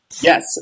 Yes